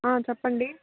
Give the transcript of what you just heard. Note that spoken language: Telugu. చెప్పండి